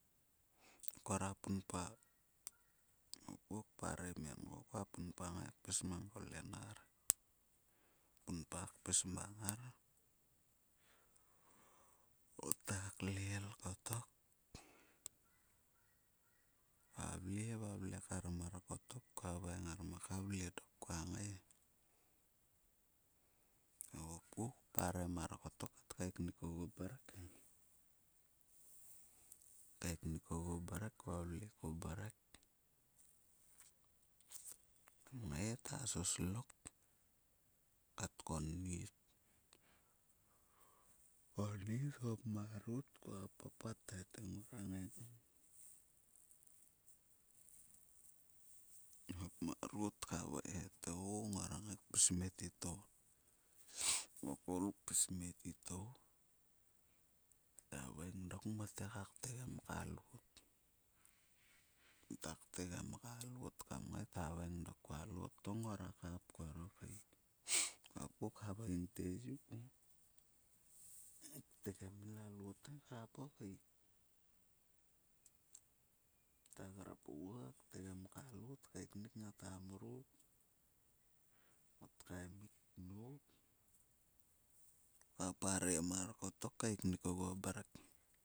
Khera punpa, kua parem en ko kpunpa kpis mang kluenar. Kpunpa pis mang ngar ngota klel kottok valve valve kottok. Khaveng ngar. "Muak vle dok kua ngai he." Kua hopku parem mar kottok kaeknik ogu mrek he. Kaeknik ogu mrek vavle kumrek kam ngaita soslok kat konnit. Konnit hop marot kua papat he te ngora ngai ngam. Hop marot kus hsvei he, "o ngora ngai kpis me titou." Ko koul kpid me tittouta veng dok mote ka ktegem ka loot. Mota ktegam ka loot kam ngai ta haveng dok ka loot to nera kap karo ke. Kua hopku, khaveng te "yu". Ktegem uls loot he kap o kei. Mota grap oguo ktegem ka loot, mot kaeknut ngata mrot, mot kaemik nop. Kua parem mar kottok kaeknik oguo mrek.